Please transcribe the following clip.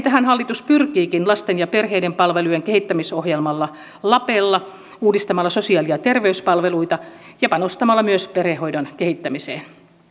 tähän hallitus pyrkiikin lasten ja perheiden palvelujen kehittämisohjelma lapella uudistamalla sosiaali ja terveyspalveluita ja panostamalla myös perhehoidon kehittämiseen